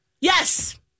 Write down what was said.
Yes